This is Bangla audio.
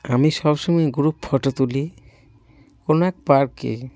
আমি সবসময় গ্রুপ ফটো তুলি কোনো এক পার্কে